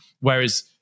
Whereas